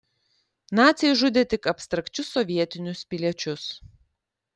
naciai žudė tik abstrakčius sovietinius piliečius